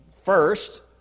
first